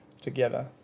together